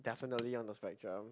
definitely on the spectrum